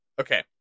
Okay